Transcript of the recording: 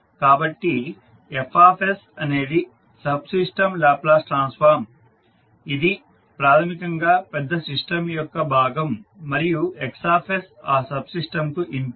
కాబట్టి F అనేది subsystem Laplace transform ఇది ప్రాథమికంగా పెద్ద సిస్టం యొక్క భాగం మరియు X ఆ సబ్ సిస్టంకు ఇన్పుట్